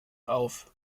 auf